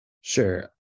Sure